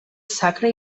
sacra